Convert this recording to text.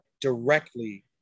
directly